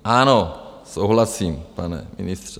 Ano, souhlasím, pane ministře.